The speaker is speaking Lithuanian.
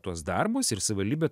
tuos darbus ir savivaldybė